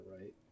right